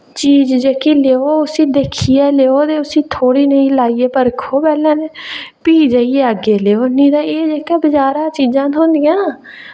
चीज जेह्की लैओ उसी दिक्खियै लैओ ते उसी थोह्ड़ी नेही लाइयै परखो पैह्लैं ते फ्ही जाइयै अग्गें लैएओ नेईं ते एह् जेह्का बजारा चीजां थ्होंदियां न